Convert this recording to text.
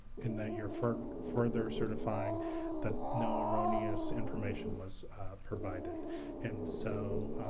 and that you're further further certifying that no erroneous information was provided and so